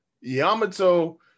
Yamato